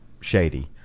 shady